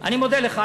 אני מודה לך.